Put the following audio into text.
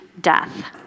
death